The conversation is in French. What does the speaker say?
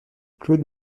claude